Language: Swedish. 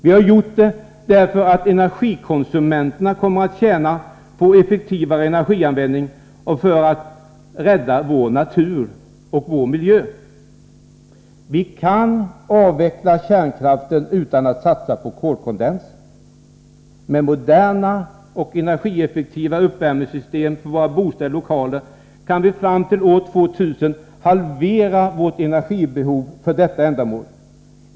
Vi har gjort det därför att energikonsumenterna kommer att tjäna på effektivare energianvändning och för att rädda vår natur och miljö. — Vi kan avveckla kärnkraften utan att satsa på kolkondens. — Med moderna och energieffektiva uppvärmningssystem för våra bostäder och lokaler kan vi fram till år 2000 halvera vårt energibehov för detta ändamål.